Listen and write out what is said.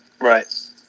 Right